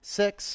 six